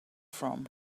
from